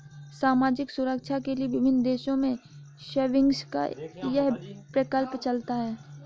सामाजिक सुरक्षा के लिए विभिन्न देशों में सेविंग्स का यह प्रकल्प चलता है